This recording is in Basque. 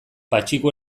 patxiku